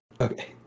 Okay